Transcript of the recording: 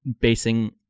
basing